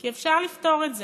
כי אפשר לפתור את זה.